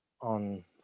on